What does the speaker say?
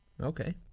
okay